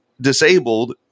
disabled